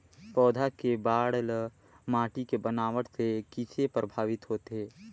पौधा के बाढ़ ल माटी के बनावट से किसे प्रभावित होथे?